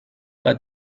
but